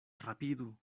rapidu